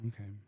Okay